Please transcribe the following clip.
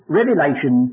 Revelation